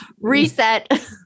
reset